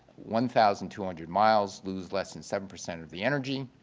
one thousand two hundred miles lose less than seven percent of the energy.